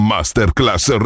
Masterclass